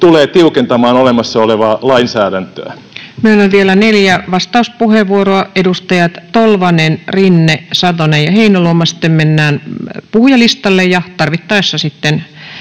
tulee tiukentamaan olemassa olevaa lainsäädäntöä. Myönnän vielä neljä vastauspuheenvuoroa: edustajat Tolvanen, Rinne, Satonen ja Heinäluoma. Sitten mennään puhujalistalle ja tarvittaessa sitten